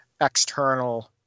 external